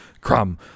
crumb